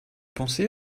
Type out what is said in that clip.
pensé